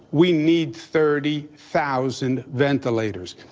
we need thirty thousand ventilators.